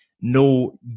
no